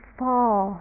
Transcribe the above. fall